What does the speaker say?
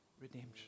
Redemption